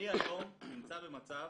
אני היום נמצא במצב